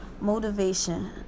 motivation